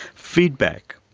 feedback.